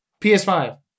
PS5